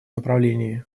направлении